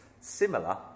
similar